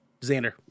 Xander